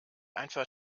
einfach